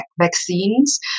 vaccines